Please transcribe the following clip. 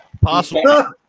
Possible